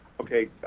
okay